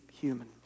human